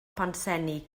pontsenni